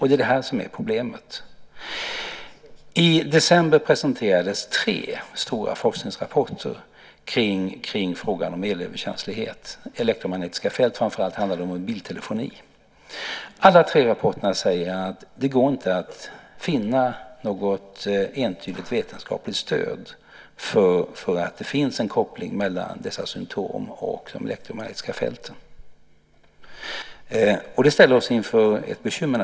Det är där problemet ligger. I december presenterades tre stora forskningsrapporter om elektromagnetiska fält, som framför allt handlade om mobiltelefoni. Alla tre rapporterna säger att det inte går att finna något entydigt vetenskapligt stöd för en koppling mellan dessa symtom och de elektromagnetiska fälten. Detta ställer oss naturligtvis inför ett bekymmer.